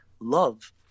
love